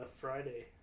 Friday